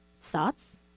Thoughts